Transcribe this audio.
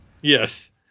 Yes